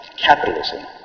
capitalism